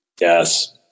Yes